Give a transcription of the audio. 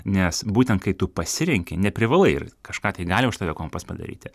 nes būtent kai tu pasirenki neprivalai ir kažką tai gali už tave kompas padaryti